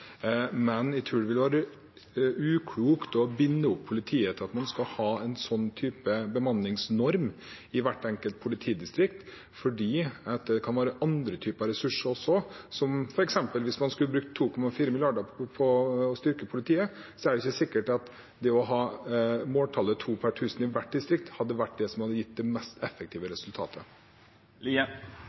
men jeg tror det ville være uklokt å binde politiet til at man skal ha en slik type bemanningsnorm i hvert enkelt politidistrikt, for det kan også være andre typer ressurser. Hvis man f.eks. skulle brukt 2,4 mrd. kr på å styrke politiet, er det ikke sikkert at å ha måltallet to per tusen i hvert distrikt ville vært det som hadde gitt det mest effektive resultatet.